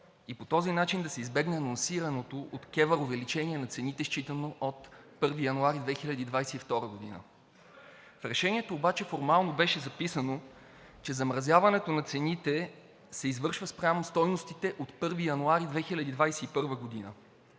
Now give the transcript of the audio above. и по този начин да се избегне анонсираното от КЕВР увеличение на цените, считано от 1 януари 2022 г. В Решението обаче формално беше записано, че замразяването на цените се извършва спрямо стойностите от 1 януари 2021 г.